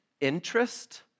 interest